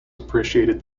appreciated